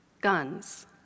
guns